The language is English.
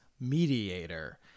mediator